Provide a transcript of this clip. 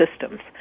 systems